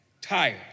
tired